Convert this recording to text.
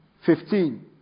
Fifteen